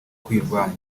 kuyirwanya